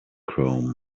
chrome